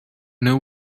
know